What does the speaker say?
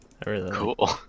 Cool